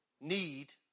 need